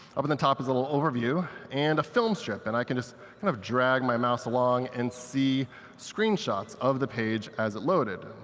up in the top is a little overview. and a filmstrip, and i can just kind of drag my mouse along and see screenshots of the page as it loaded.